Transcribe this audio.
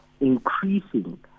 increasing